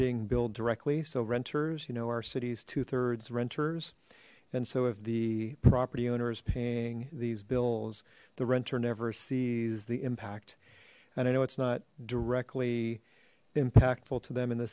being billed directly so renters you know our city's two thirds renters and so if the property owner is paying these bills the renter never sees the impact and i know it's not directly impactful to them in